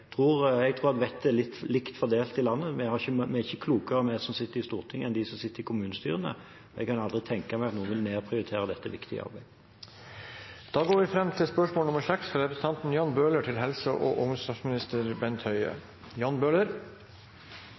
tror vettet er likt fordelt i landet. Vi er ikke klokere vi som sitter i Stortinget, enn dem som sitter i kommunestyrene, og jeg kan aldri tenke meg at noen vil nedprioritere dette viktige arbeidet. Da går vi tilbake til spørsmål 6. Jeg tillater meg å stille følgende spørsmål til helse- og